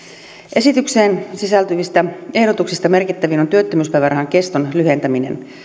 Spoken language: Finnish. esitykseen sisältyvistä ehdotuksista merkittävin on työttömyyspäivärahan keston lyhentäminen